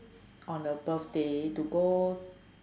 on her birthday to go